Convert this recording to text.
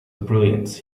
brilliance